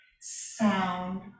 sound